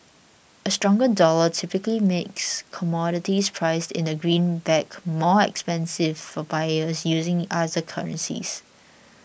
a stronger dollar typically makes commodities priced in the greenback more expensive for buyers using other currencies